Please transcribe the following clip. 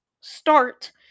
Start